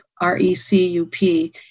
R-E-C-U-P